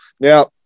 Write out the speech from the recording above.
Now